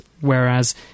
whereas